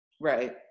Right